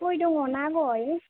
गय दङ ना गय